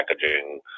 packaging